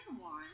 Warren